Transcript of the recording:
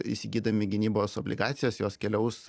įsigydami gynybos obligacijas jos keliaus